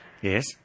Yes